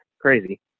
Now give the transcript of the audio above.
crazy